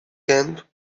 camp